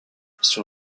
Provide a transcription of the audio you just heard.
sur